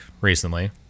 recently